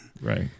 Right